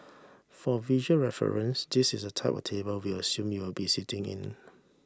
for visual reference this is the type of table we assume you will be sitting in